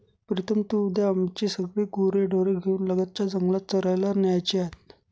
प्रीतम तू उद्या आमची सगळी गुरेढोरे घेऊन लगतच्या जंगलात चरायला न्यायची आहेत